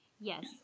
Yes